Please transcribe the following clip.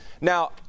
Now